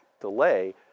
delay